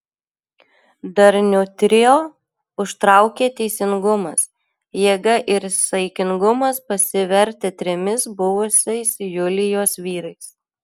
darniu trio užtraukė teisingumas jėga ir saikingumas pasivertę trimis buvusiais julijos vyrais